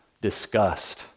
disgust